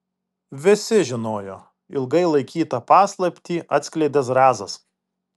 visi žinojo ilgai laikytą paslaptį atskleidė zrazas